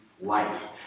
life